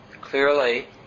Clearly